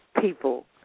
people